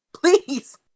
Please